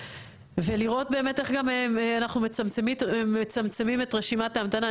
ולראות באמת איך גם אנחנו מצמצמים את רשימת ההמתנה.